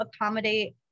accommodate